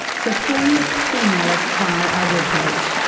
so please email us via our webpage.